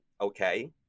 okay